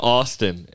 Austin